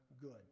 good